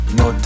no